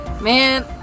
Man